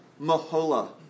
Mahola